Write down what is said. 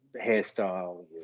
hairstyle